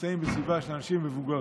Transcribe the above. שנמצאים בסביבה של אנשים מבוגרים,